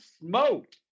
smoked